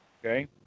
Okay